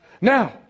Now